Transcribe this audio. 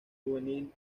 juvenil